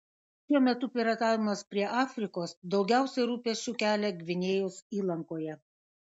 šiuo metu piratavimas prie afrikos daugiausiai rūpesčių kelia gvinėjos įlankoje